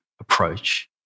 approach